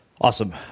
Awesome